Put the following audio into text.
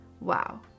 wow